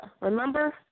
remember